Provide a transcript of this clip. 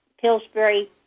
Pillsbury